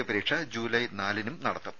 A പരീക്ഷ July നാലിനും നടത്തും